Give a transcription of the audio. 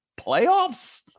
playoffs